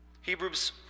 Hebrews